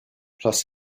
plus